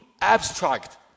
abstract